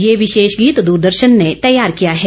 यह विशेष गीत द्रदर्शन ने तैयार किया है